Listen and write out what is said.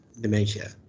dementia